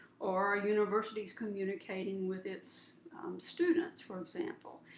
or universities communicating with its students, for example.